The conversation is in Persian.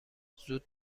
زود